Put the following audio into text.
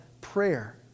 prayer